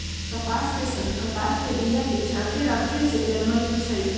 कपास के सन्न कपास के बिया के झाकेँ रक्खे से जलमइ छइ